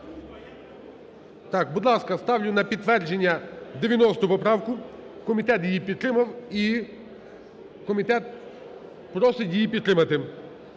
Так, будь ласка, ставлю на підтвердження 90 поправку. Комітет її підтримав і комітет просить її підтримати.